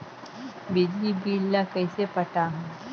बिजली बिल ल कइसे पटाहूं?